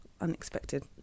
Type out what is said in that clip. unexpected